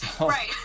Right